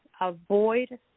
avoid